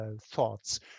thoughts